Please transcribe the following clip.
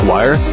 Wire